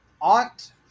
Aunt